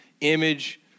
image